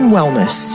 Wellness